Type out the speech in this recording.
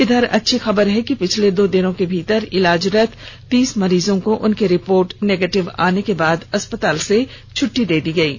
इधर अच्छी खबर यह है कि पिछले दो दिनों के भीतर इलाजरत तीस मरीजों को उनकी रिपोर्ट नेगेटिव आने के बाद अस्पताल से छट्टी भी दे दी गई है